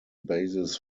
basis